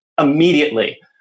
immediately